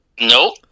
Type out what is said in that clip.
Nope